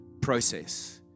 process